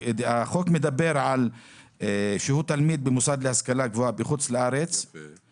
החוק מדבר על "שהוא תלמיד במוסד להשכלה בחוץ לארץ...יהיה